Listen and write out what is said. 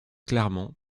clairement